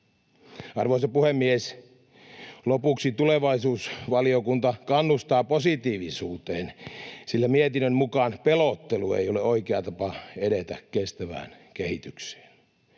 Arvoisa puhemies! Lopuksi tulevaisuusvaliokunta kannustaa positiivisuuteen, sillä mietinnön mukaan pelottelu ei ole oikea tapa edetä kestävään kehitykseen.